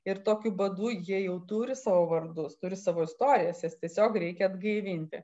ir tokiu būdu jie jau turi savo vardus turi savo istorijas jas tiesiog reikia atgaivinti